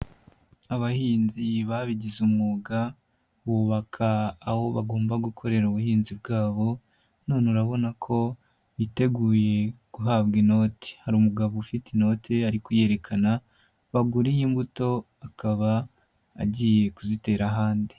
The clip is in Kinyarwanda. Abahinzi babigize umwuga bubaka aho bagomba gukorera ubuhinzi bwabo none urabona ko biteguye guhabwa inoti, hari umugabo ufite inote ari kuyerekana baguriye imbuto akaba agiye kuzitera ahandi.